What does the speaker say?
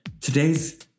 Today's